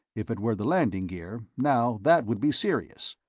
if it were the landing gear, now, that would be serious.